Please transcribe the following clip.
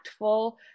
impactful